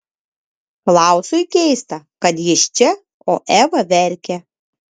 klausui keista kad jis čia o eva verkia